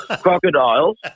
crocodiles